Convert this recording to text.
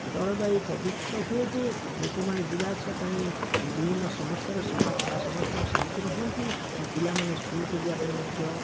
ଜଳବାୟୁ ପ୍ରଦୂଷିତ ହୁଏ ଯେ ଲୋକମାନେ ଯିବା ଆସିବା ପାଇଁ ବିଭିନ୍ନ ସମସ୍ୟାର ସମା ସମସ୍ୟାର ସମ୍ମୁଖୀନ ହୁଅନ୍ତି ଓ ପିଲାମାନେ ସ୍କୁଲକୁ ଯିବା ପାଇଁ ମଧ୍ୟ